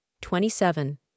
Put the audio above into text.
Twenty-seven